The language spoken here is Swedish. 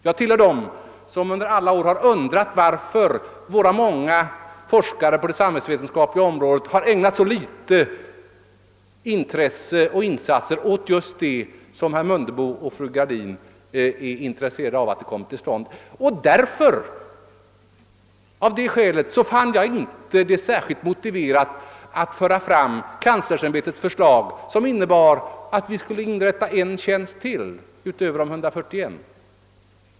Jag tillhör dem som under alla år har undrat varför så många forskare på det samhällsvetenskapliga området har ägnat så litet intresse åt det som herr Mundebo och fru Gradin här talade om. Av det skälet fann jag det inte särskilt motiverat att föra fram kanslersämbetets förslag, som innebar att vi skulle inrätta ytterligaren en tjänst utöver de 141.